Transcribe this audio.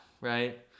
right